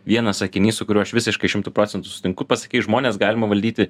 vienas sakinys su kuriuo aš visiškai šimtu procentų sutinku pasakei žmones galima valdyti